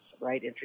right